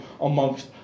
amongst